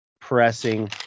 pressing